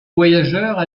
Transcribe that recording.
voyageurs